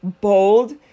bold